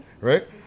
right